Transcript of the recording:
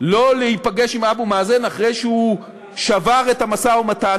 לא להיפגש עם אבו מאזן אחרי שהוא שבר את המשא-ומתן,